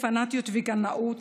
וקנאות,